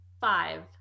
five